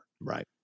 right